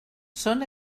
són